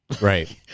right